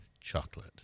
chocolate